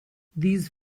these